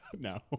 No